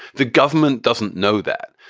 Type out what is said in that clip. the government doesn't know that.